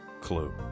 clue